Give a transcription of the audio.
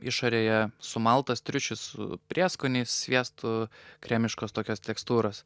išorėje sumaltas triušis su prieskoniais sviestu kremiškos tokios tekstūros